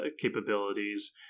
capabilities